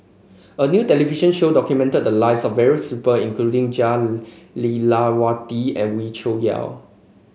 a new television show documented the lives of various people including Jah Lelawati and Wee Cho Yaw